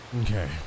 okay